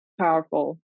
powerful